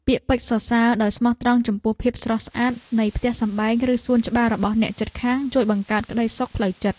ពាក្យពេចន៍សរសើរដោយស្មោះត្រង់ចំពោះភាពស្រស់ស្អាតនៃផ្ទះសម្បែងឬសួនច្បាររបស់អ្នកជិតខាងជួយបង្កើតក្តីសុខផ្លូវចិត្ត។